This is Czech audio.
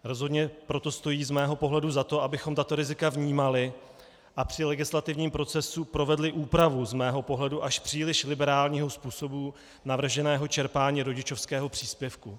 Rozhodně proto stojí z mého pohledu za to, abychom tato rizika vnímali a při legislativním procesu provedli úpravu z mého pohledu až příliš liberálního způsobu navrženého čerpání rodičovského příspěvku.